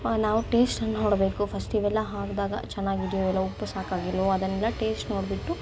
ನಾವು ಟೇಸ್ಟ್ ನೋಡಬೇಕು ಫಸ್ಟ್ ಇವೆಲ್ಲ ಹಾಕಿದಾಗ ಚೆನ್ನಾಗಿದೆಯೋ ಇಲ್ಲೊ ಉಪ್ಪು ಸಾಕಾಗಿದೆಯೋ ಅದನ್ನೆಲ್ಲ ಟೇಸ್ಟ್ ನೋಡಿಬಿಟ್ಟು